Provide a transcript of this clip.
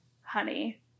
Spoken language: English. honey